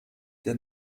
der